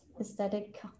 aesthetic